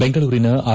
ಬೆಂಗಳೂರಿನ ಆರ್